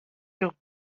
took